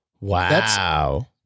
Wow